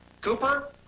Cooper